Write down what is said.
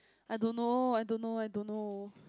I don't know I don't know I don't know